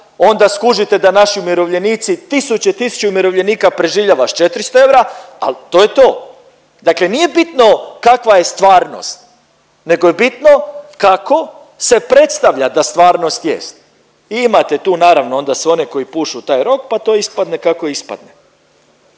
onda skužite da naši umirovljenici tisuće i tisuće umirovljenika preživljava s 400 eura, al to je to. Dakle, nije bitno kakva je stvarnost nego je bitno kako se predstavlja da stvarnost jest. Imate tu naravno onda sve one koji pušu u taj rok pa to ispadne kako ispadne.